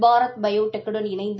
Bharat Biotech வுடன் இணைந்து